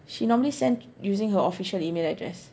she normally send using her official address